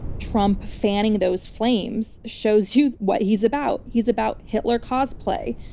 trump fanning those flames shows you what he's about. he's about hitler cosplay.